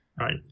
Right